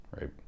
right